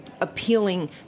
appealing